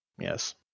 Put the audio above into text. Yes